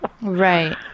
Right